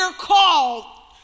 call